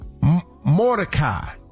Mordecai